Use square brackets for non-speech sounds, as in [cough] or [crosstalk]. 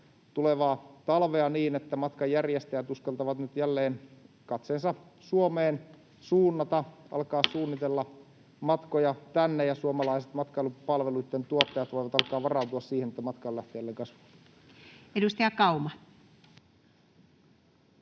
tulevaa talvea niin, että matkanjärjestäjät uskaltavat nyt jälleen suunnata katseensa Suomeen, [noise] alkaa suunnitella matkoja tänne ja suomalaiset matkailupalveluitten tuottajat [noise] voivat alkaa varautua siihen, että matkailu lähtee jälleen kasvuun. Edustaja Kauma.